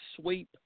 sweep